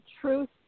truth